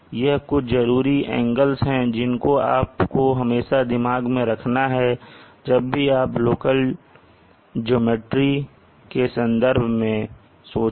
यह कुछ जरूरी एंगल्स हैं जिनको आपको हमेशा दिमाग में रखना है जब भी आप लोकल ज्योमेट्री के संदर्भ में सोचें